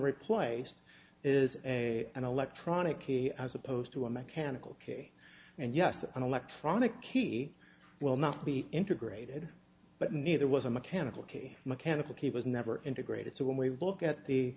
replaced is a an electronic key as opposed to a mechanical k and yes an electronic key will not be integrated but neither was a mechanical key mechanical key was never integrated so when we look at the